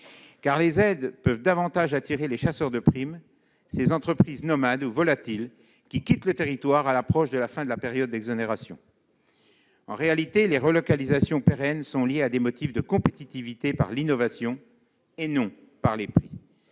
telles aides risquent surtout d'attirer des chasseurs de primes, ces entreprises nomades ou volatiles qui quittent le territoire à l'approche de la fin de la période d'exonération. En réalité, les relocalisations pérennes s'expliquent par des motifs de compétitivité par l'innovation, et non par les prix.